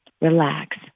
Relax